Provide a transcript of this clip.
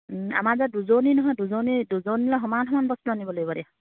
আমাৰ যে দুজনী নহয় দুজনী দুজনীলে সমান সমান বস্তু আনিব লাগিব দে